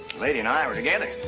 lady and i were together.